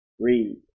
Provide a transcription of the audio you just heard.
Read